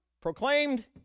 proclaimed